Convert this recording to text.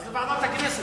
אז לוועדת הכנסת.